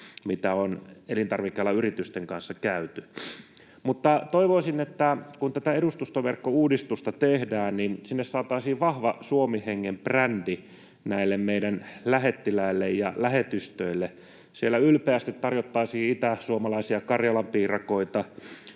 joita on elintarvikealan yritysten kanssa käyty. Mutta toivoisin, että kun tätä edustustoverkkouudistusta tehdään, niin sinne saataisiin vahva Suomi-hengen brändi näille meidän lähettiläille ja lähetystöille, että siellä ylpeästi tarjottaisiin itäsuomalaisia karjalanpiirakoita